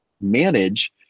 manage